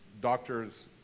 doctors